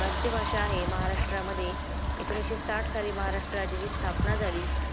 राज्यभाषा आहे महाराष्ट्रामध्ये एकोणीसशे साठ साली महाराष्ट्र राज्याची स्थापना झाली